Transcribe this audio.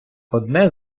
одне